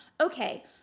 okay